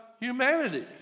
humanity